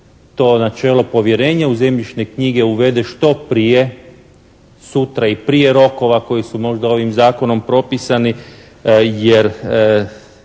načelo povjerenje u zemljišne knjige uvede što prije sutra i prije rokova koji su možda ovim Zakonom propisani